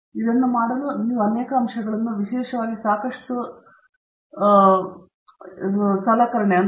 ಇದನ್ನು ಮಾಡಲು ನೀವು ಅನೇಕ ಅಂಶಗಳನ್ನು ವಿಶೇಷವಾಗಿ ಸಾಕಷ್ಟು ಬೇಸರದ ಅಂಶಗಳನ್ನು ಹೊಂದಿದ್ದರೆ